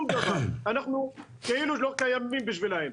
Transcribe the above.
אנחנו כאילו לא קיימים בשבילם.